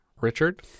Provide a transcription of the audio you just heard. Richard